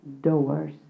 doors